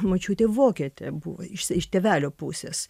močiutė vokietė buvo iš tėvelio pusės